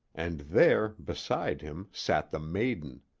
and there, beside him, sat the maiden.